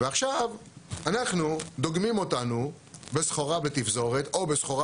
ועכשיו אנחנו דוגמים אותנו בסחורה בתפזורת או בסחורה